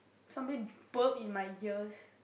somebody burp in my ears